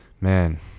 man